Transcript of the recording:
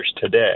today